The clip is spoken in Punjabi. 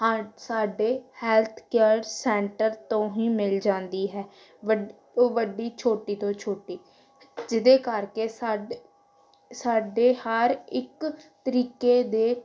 ਹਾ ਸਾਡੇ ਹੈਲਥ ਕੇਅਰ ਸੈਂਟਰ ਤੋਂ ਹੀ ਮਿਲ ਜਾਂਦੀ ਹੈ ਵੱਡ ਉਹ ਵੱਡੀ ਛੋਟੀ ਤੋਂ ਛੋਟੀ ਜਿਹਦੇ ਕਰਕੇ ਸਾਡੇ ਸਾਡੇ ਹਰ ਇੱਕ ਤਰੀਕੇ ਦੇ